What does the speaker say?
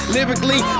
Lyrically